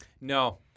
No